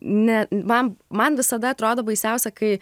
ne man man visada atrodo baisiausia kai